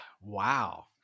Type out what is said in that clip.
Wow